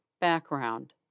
Background